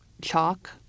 chalk